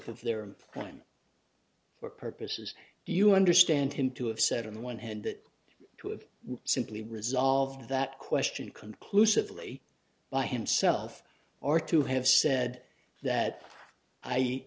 of their crime or purposes do you understand him to have said on the one hand that to have simply resolved that question conclusively by himself or to have said that i